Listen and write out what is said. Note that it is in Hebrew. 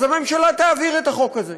אז הממשלה תעביר את החוק הזה,